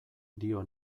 dio